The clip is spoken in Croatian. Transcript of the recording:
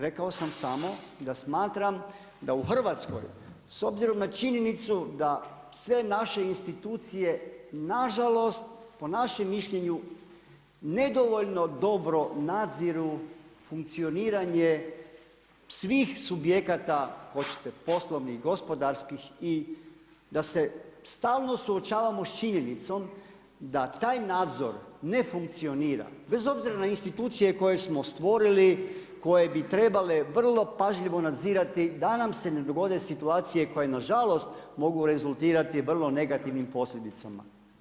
Rekao sam samo da smatram da u Hrvatskoj s obzirom na činjenicu da sve naše institucije nažalost po našem mišljenju nedovoljno dobro nadziru funkcioniranje svih subjekata, hoćete poslovnih i gospodarskih i da se stalno suočavamo sa činjenicom da taj nadzor ne funkcionira bez obzira na institucije koje smo stvorili, koje bi trebale vrlo pažljivo nadzirati da nam se ne dogode situacije koje nažalost mogu rezultirati vrlo negativnim posljedicama.